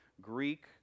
Greek